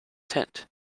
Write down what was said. tent